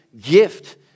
gift